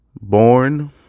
born